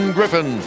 Griffin